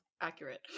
Accurate